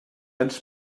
ens